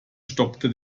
stockte